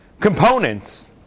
components